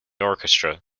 orchestra